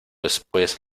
después